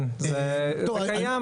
זה קיים,